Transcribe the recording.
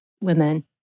women